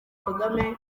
kagame